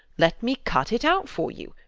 let me cut it out for you.